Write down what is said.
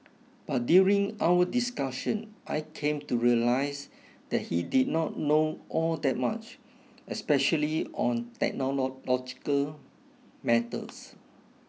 but during our discussion I came to realise that he did not know all that much especially on technological matters